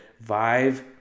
Vive